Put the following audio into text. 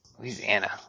Louisiana